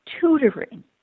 tutoring